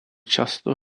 často